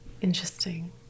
interesting